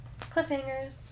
Cliffhangers